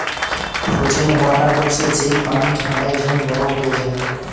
frozen water হচ্ছে যেই পানি ঠান্ডায় জমে বরফ হয়ে যায়